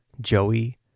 Joey